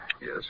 Yes